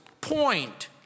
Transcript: point